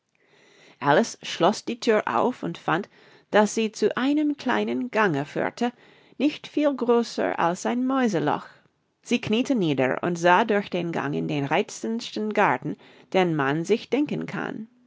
alice schloß die thür auf und fand daß sie zu einem kleinen gange führte nicht viel größer als ein mäuseloch sie kniete nieder und sah durch den gang in den reizendsten garten den man sich denken kann